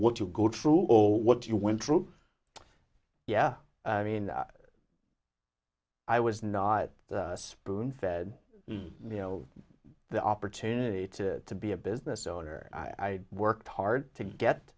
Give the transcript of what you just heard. what you go through all what you went through yeah i mean i was not spoon fed you know the opportunity to be a business owner i worked hard to get